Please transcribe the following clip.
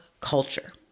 culture